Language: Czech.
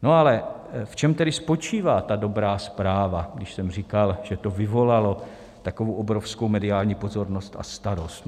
No ale v čem tedy spočívá ta dobrá zpráva, když jsem říkal, že to vyvolalo takovou obrovskou mediální pozornost a starost?